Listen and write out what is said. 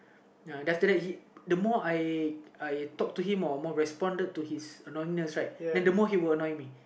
ya then after that the more I I talk to him or more responded to his annoying right then the more he would annoy me